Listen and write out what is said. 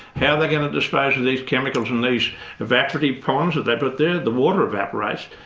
how they're going to dispose of these chemicals in these evaporative ponds that they put there. the water evaporates,